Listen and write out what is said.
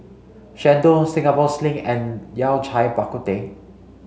Chendol Singapore Sling and Yao Cai Bak Kut Teh